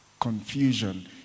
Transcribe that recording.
Confusion